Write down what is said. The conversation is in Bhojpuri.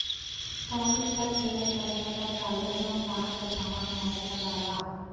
टैरिफ टैक्स एक तरह क टैक्स हउवे जौन बाहर से सामान मंगवले पर लगला